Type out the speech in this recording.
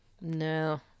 No